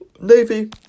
navy